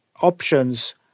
options